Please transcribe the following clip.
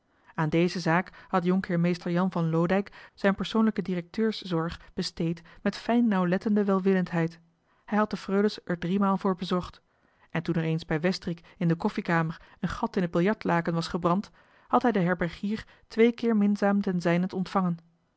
aan deze zaak had jhr mr jan van loodijck zijn persoonlijke directeurszorg besteed met fijn nauwlettende welwillendheid hij had de freules er driemaal voor bezocht en toen er eens bij westrik in de koffiekamer een gat in het biljartlaken was gebrand had hij den herbergier twee keer minzaam ten zijnent ontvangen